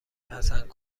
پسند